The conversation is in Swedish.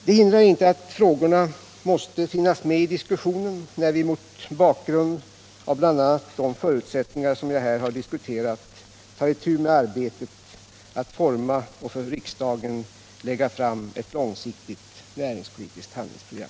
Det hindrar dock inte att frågorna måste finnas med i diskussionen, när vi mot bakgrund av bl.a. de förutsättningar som jag här har diskuterat tar itu med arbetet att forma och för riksdagen lägga fram ett långsiktigt näringspolitiskt handlingsprogram.